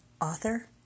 author